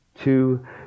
two